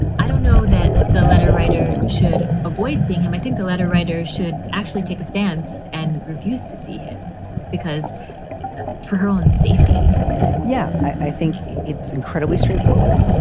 don't know that the letter writer should avoid seeing him. i think the letter writers should actually take a stance and refuse to see him because for her own safety yeah, i think it's incredibly straightforward.